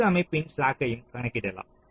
அனைத்து அமைப்பின் ஸ்லாக்யையும் கணக்கிடலாம்